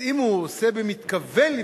אם הוא עושה במתכוון,